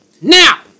Now